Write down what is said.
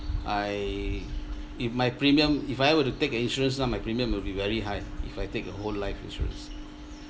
I if my premium if I were to take an insurance now my premium will very high if I take a whole life insurance